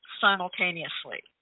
simultaneously